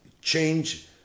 change